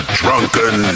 drunken